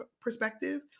perspective